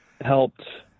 helped